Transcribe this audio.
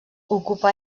ocupà